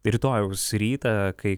rytojaus rytą kai